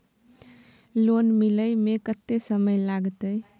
Loan मिले में कत्ते समय लागते?